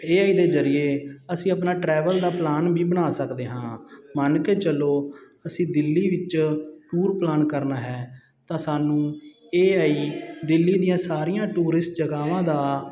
ਏ I ਦੇ ਜਰੀਏ ਅਸੀਂ ਆਪਣਾ ਟਰੈਵਲ ਦਾ ਪਲਾਨ ਵੀ ਬਣਾ ਸਕਦੇ ਹਾਂ ਮੰਨ ਕੇ ਚੱਲੋ ਅਸੀਂ ਦਿੱਲੀ ਵਿੱਚ ਟੂਰ ਪਲਾਨ ਕਰਨਾ ਹੈ ਤਾਂ ਸਾਨੂੰ ਏ ਆਈ ਦਿੱਲੀ ਦੀਆਂ ਸਾਰੀਆਂ ਟੂਰਿਸਟ ਜਗਾਵਾਂ ਦਾ